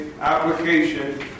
application